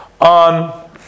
on